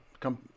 come